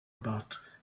about